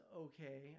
okay